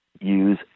use